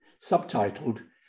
subtitled